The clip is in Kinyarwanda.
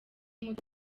muto